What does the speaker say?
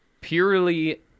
Purely